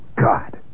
God